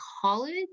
college